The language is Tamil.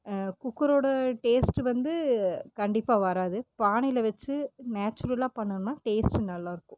குக்கரோட டேஸ்ட் வந்து கண்டிப்பாக வராது பானையில் வச்சி நேச்சுரலாக பண்ணம்னால் டேஸ்ட்டு நல்லாருக்கும்